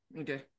okay